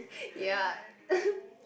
ya